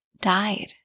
died